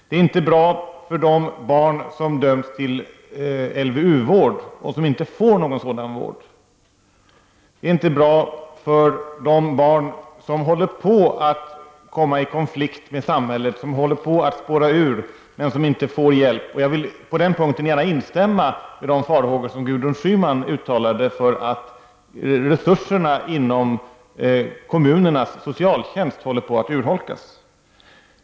Det är inte bra för de barn som döms till LVU-vård och som inte får någon sådan vård. Det är inte bra för de barn som håller på att komma i konflikt med samhället, som håller på att spåra ur och som inte får hjälp. På den punkten vill jag gärna instämma i de farhågor som Gudrun Schyman uttalade för att resurserna inom kommunernas socialtjänst håller på att urholkas.